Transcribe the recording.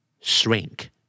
Shrink